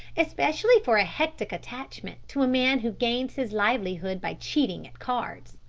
especially for a hectic attachment to a man who gains his livelihood by cheating at cards.